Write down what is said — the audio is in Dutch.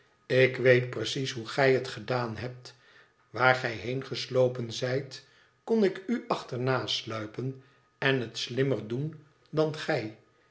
ik weet precies hoe gij het gedaan hebt waar gij heen geslopen zijt kon ik u achternasluipen en het slimmer doen dan gij